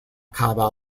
kaba